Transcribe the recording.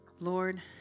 Lord